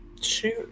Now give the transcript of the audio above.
Shoot